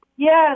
Yes